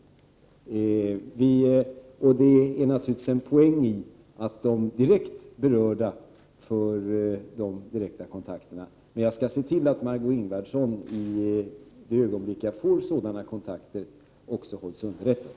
Det är naturligtvis en poäng i att de direkt berörda har de direkta kontakterna. Men jag skall se till att Margé Ingvardsson, i det ögonblick jag får sådana kontakter, också hålls underrättad.